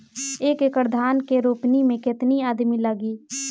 एक एकड़ धान के रोपनी मै कितनी आदमी लगीह?